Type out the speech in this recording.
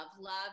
love